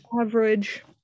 average